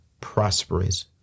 prosperous